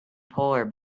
polar